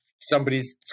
somebody's